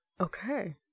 Okay